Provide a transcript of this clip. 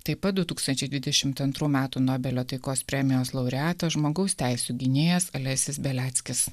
taip pat du tūkstančiai dvidešim antrų metų nobelio taikos premijos laureato žmogaus teisių gynėjas alesis beliackis